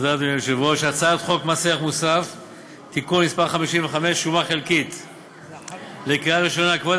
לאחרונה בחוק ההתייעלות הכלכלית (תיקוני חקיקה